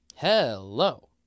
Hello